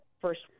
first